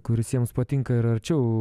kuris jiems patinka ir arčiau